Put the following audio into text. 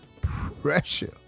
pressure